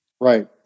Right